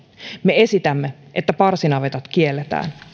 me esitämme että parsinavetat kielletään